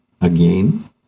again